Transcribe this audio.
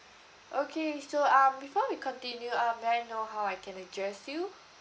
okay so um before we continue um may I know how I can address you